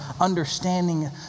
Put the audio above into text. understanding